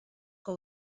que